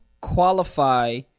qualify